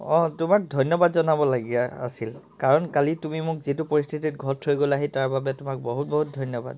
অঁ তোমাক ধন্যবাদ জনাবলাগীয়া আছিল কাৰণ কালি তুমি মোক যিটো পৰিস্থিতিত ঘৰত থৈ গ'লাহি তাৰ বাবে তোমাক বহুত বহুত ধন্যবাদ